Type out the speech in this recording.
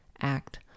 act